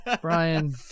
Brian